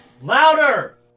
Louder